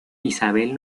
isabel